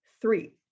three